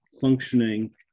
functioning